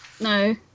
No